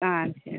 ஆ சரி